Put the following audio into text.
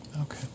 Okay